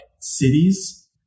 cities